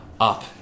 up